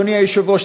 אדוני היושב-ראש?